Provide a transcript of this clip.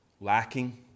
lacking